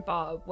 Bob